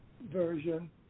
version